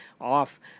off